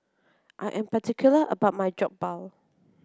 I am particular about my Jokbal